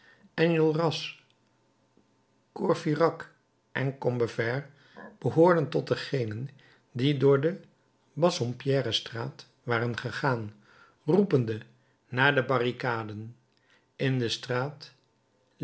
enjolras courfeyrac en combeferre behoorden tot degenen die door de bassompiere straat waren gegaan roepende naar de barricaden in de straat